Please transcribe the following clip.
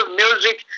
music